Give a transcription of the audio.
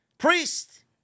Priest